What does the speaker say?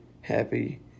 happy